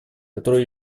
которые